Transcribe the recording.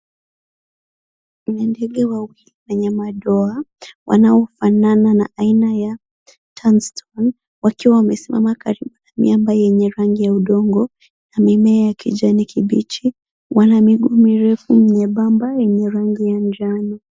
Ni ndege wawili wenye madoa wanaofanana na aina ya tungsten wakiwa wamesimama karibu na miamba yenye rangi ya udongo na mimea ya kijani kibichi. Wana miguu mirefu nyembamba yenye rangi ya njano.